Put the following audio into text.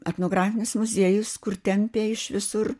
etnografinis muziejus kur tempė iš visur